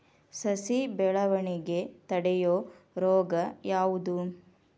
ಸಸಿ ಬೆಳವಣಿಗೆ ತಡೆಯೋ ರೋಗ ಯಾವುದು?